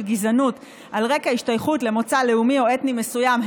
גזענות על רקע השתייכותו למוצא לאומי או אתני מסוים,